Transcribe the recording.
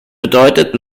bedeutet